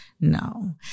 No